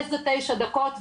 איזה תשע דקות?